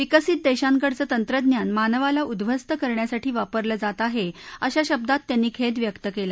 विकसित देशांकडचं तंत्रज्ञान मानवाला उद्ध्वस्त करण्यासाठी वापरलं जात आहे असा शब्दात त्यांनी खेद व्यक्त केला